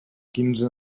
quinze